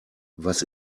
was